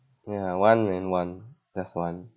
ya one and one that's one